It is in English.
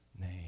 name